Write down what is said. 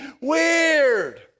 weird